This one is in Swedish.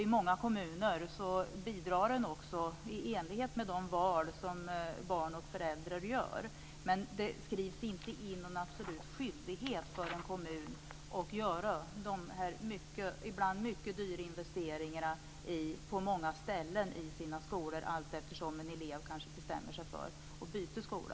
I många kommuner bidrar man i enlighet med de val som barn och föräldrar gör men det skrivs inte in en absolut skyldighet för kommunen att göra de på många ställen ibland mycket dyra investeringar som behövs i skolorna allteftersom en elev kanske bestämmer sig för att byta skola.